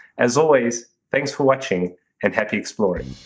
as always, thanks for watching and happy exploring.